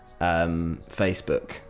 Facebook